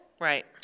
right